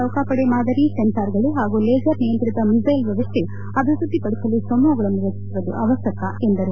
ನೌಕಾಪಡೆ ಮಾದರಿ ಸೆನ್ಲಾರ್ಗಳು ಹಾಗೂ ಲೇಜರ್ ನಿಯಂತ್ರಿತ ಮಿಸೈಲ್ ವ್ಯವಸ್ಥೆ ಅಭಿವೃದ್ಧಿ ಪಡಿಸಲು ಸಮೂಹಗಳನ್ನು ರಚಿಸುವುದು ಅವಕ್ಕಕ ಎಂದರು